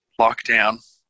lockdown